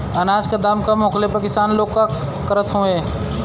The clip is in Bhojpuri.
अनाज क दाम कम होखले पर किसान लोग का करत हवे?